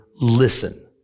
listen